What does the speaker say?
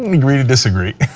um agree to disagree.